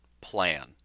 plan